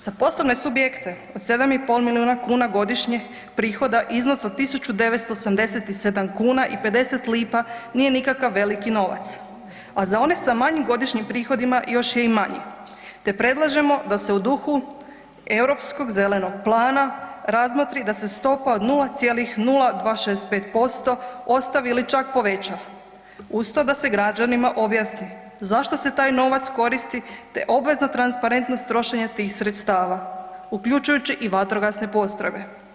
Za poslovne subjekte od 7,5 milijuna kuna godišnje prihoda iznos od 1.987,50 kuna nije nikakav veliki novac, a za one sa manjim godišnjim prihodima još je i manji te predlažemo da se u duhu Europskog zelenog plana razmotri da se stopa od 0,0265% ostavi ili čak poveća, uz to da se građanima objasni zašto se taj novac koristi te obvezna transparentnost trošenja tih sredstava, uključujući i vatrogasne postrojbe.